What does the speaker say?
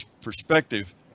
perspective